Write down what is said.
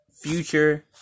future